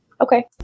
Okay